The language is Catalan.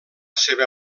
seva